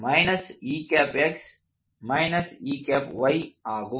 இது ஆகும்